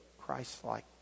Christ-like